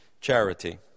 charity